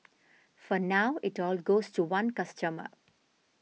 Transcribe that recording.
for now it all goes to one customer